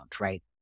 right